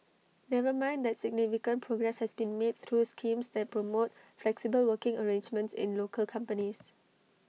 never mind that significant progress has been made through schemes that promote flexible working arrangements in local companies